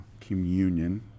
communion